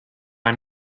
i’m